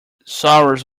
sorrows